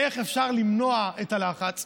איך אפשר למנוע את הלחץ?